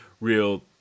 real